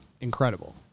incredible